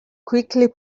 quickly